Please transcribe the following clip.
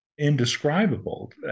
indescribable